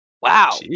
Wow